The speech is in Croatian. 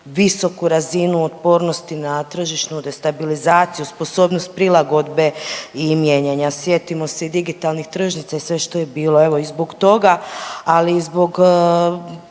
visoku razinu otpornosti na tržišnu destabilizaciju, sposobnost prilagodbe i mijenjanja. Sjetimo se i digitalnih tržnica sve što je bili, evo i zbog toga, ali i zbog